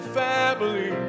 family